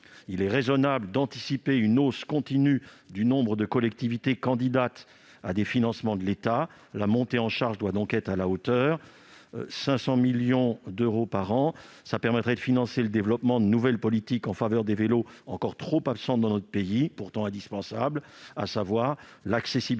Il est raisonnable d'anticiper une hausse continue du nombre de collectivités candidates à des financements de l'État. La montée en charge doit donc être à la hauteur. Une enveloppe totale de 500 millions d'euros par an, incluant les 350 millions que nous proposons, permettrait de financer le développement de nouvelles politiques en faveur des vélos, encore trop absentes dans notre pays et pourtant indispensables, à savoir l'accessibilité